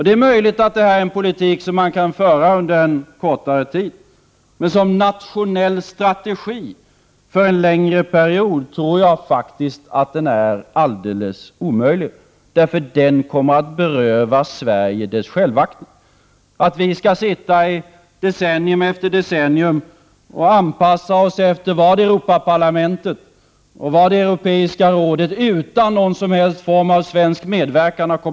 Det är möjligt att detta är en politik som man kan föra under en kortare tid, men som nationell strategi för en längre period tror jag att den är helt omöjlig. Den kommer att beröva Sverige dess självaktning. Att vi decennium efter decennium skall anpassa oss efter vad Europaparlamentet och vad det europeiska rådet utan någon som helst form av svensk medverkan har Prot.